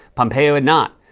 pompeo had not.